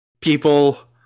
people